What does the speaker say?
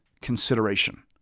consideration